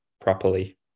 properly